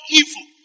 evil